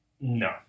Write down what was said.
No